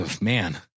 man